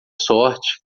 sorte